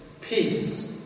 peace